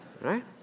Right